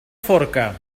forca